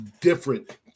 different